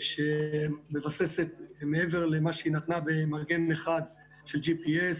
שמבססת מעבר למה שהיא נתנה במגן 1 של GPS,